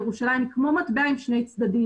ירושלים היא כמו מטבע עם שני צדדים.